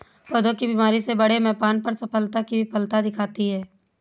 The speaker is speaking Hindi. पौधों की बीमारी से बड़े पैमाने पर फसल की विफलता दिखती है